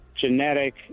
genetic